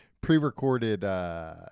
pre-recorded